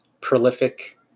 prolific